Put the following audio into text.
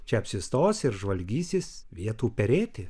čia apsistos ir žvalgysis vietų perėti